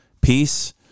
peace